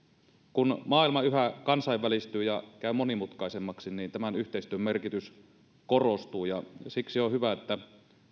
kun maailma yhä kansainvälistyy ja käy monimutkaisemmaksi niin tämän yhteistyön merkitys korostuu ja siksi on hyvä että